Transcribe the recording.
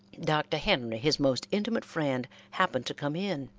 dr. henry, his most intimate friend, happened to come in,